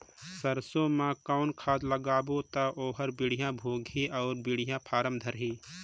सरसो मा कौन खाद लगाबो ता ओहार बेडिया भोगही अउ बेडिया फारम धारही?